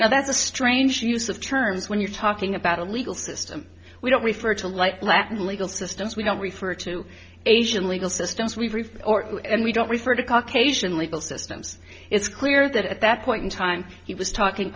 now that's a strange use of terms when you're talking about a legal system we don't refer to like latin legal systems we don't refer to asian legal systems and we don't refer to caucasian legal systems it's clear that at that point in time he was talking